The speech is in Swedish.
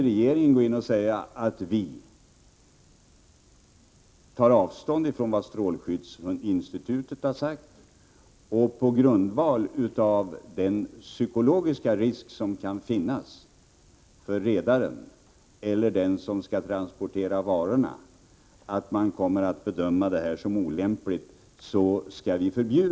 Regeringen kan inte säga att vi tar avstånd från vad strålskyddsinstitutet har sagt och att vi förbjuder utnyttjandet av fartyget på grundval av den psykologiska risk som kan finnas för redaren eller den som skall transportera varorna — att man kommer att bedöma detta som olämpligt.